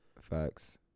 facts